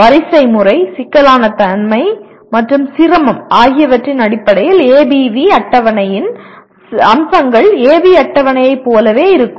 வரிசைமுறை சிக்கலான தன்மை மற்றும் சிரமம் ஆகியவற்றின் அடிப்படையில் ஏபிவி அட்டவணையின் அம்சங்கள் ஏபி அட்டவணையைப் போலவே இருக்கும்